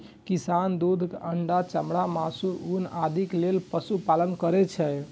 किसान दूध, अंडा, चमड़ा, मासु, ऊन आदिक लेल पशुपालन करै छै